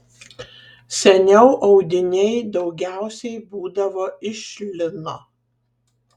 seniau audiniai daugiausiai būdavo iš lino